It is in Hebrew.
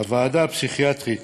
הוועדה הפסיכיאטרית